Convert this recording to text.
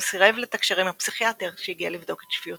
הזהה לזה ששימש את גיבורו גאטנו ברשי לרצח המלך אומברטו.